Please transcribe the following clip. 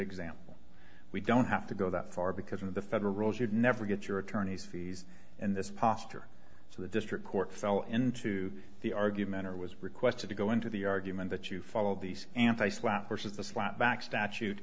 example we don't have to go that far because of the federal rules you'd never get your attorney's fees and this posture so the district court fell into the argument or was requested to go into the argument that you follow these anti slapp versus the slap back statute